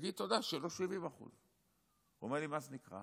תגיד תודה שלא 70%. הוא אומר לי: מה זה נקרא?